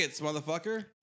motherfucker